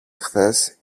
χθες